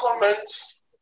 comments